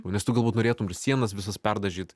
nes tu galbūt norėtum ir sienas visas perdažyt